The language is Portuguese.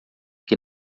que